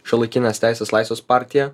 šiuolaikines teises laisvės partija